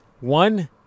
One